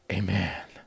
amen